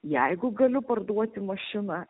jeigu galiu parduoti mašiną